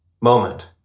moment